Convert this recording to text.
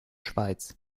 schweiz